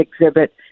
Exhibit